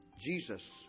Jesus